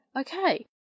okay